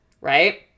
right